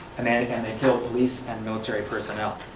and and and they killed police and military personnel.